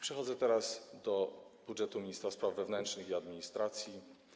Przechodzę teraz do budżetu ministra spraw wewnętrznych i administracji.